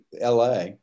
LA